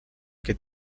que